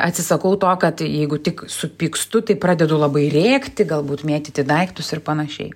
atsisakau to kad jeigu tik supykstu tai pradedu labai rėkti galbūt mėtyti daiktus ir panašiai